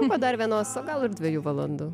po dar vienos o gal ir dviejų valandų